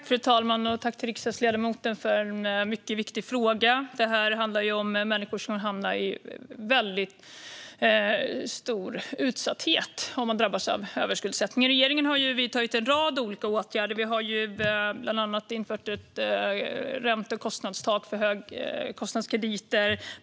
Fru talman! Jag tackar riksdagsledamoten för en mycket viktig fråga. Detta handlar om människor som hamnar i väldigt stor utsatthet om de drabbas av överskuldsättning. Regeringen har vidtagit en rad olika åtgärder. Vi har bland annat infört ett ränte och högkostnadstak för krediter.